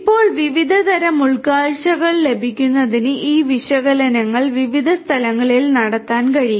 ഇപ്പോൾ വിവിധ തരം ഉൾക്കാഴ്ചകൾ ലഭിക്കുന്നതിന് ഈ വിശകലനങ്ങൾ വിവിധ സ്ഥലങ്ങളിൽ നടത്താൻ കഴിയും